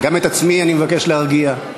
גם את עצמי אני מבקש להרגיע.